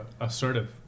assertive